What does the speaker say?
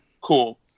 Cool